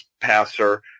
passer